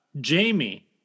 Jamie